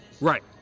Right